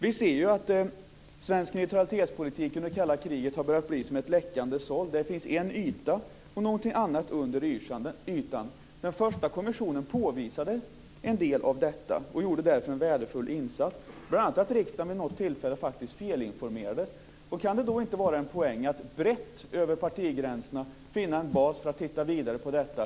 Vi ser ju att svensk neutralitetspolitik under det kalla kriget har börjat bli som ett läckande såll, där det finns en yta och någonting annat under ytan. Den första kommissionen påvisade en del av detta, och gjorde därför en värdefull insats. Bl.a. felinformerades faktiskt riksdagen vid något tillfälle. Kan det inte finnas en poäng i att brett över partigränserna finna en bas för att titta vidare på detta.